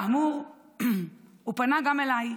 כאמור, הוא פנה גם אליי.